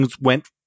went